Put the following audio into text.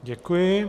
Děkuji.